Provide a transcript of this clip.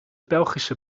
belgische